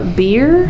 beer